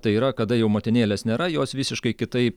tai yra kada jau motinėlės nėra jos visiškai kitai